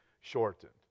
shortened